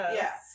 yes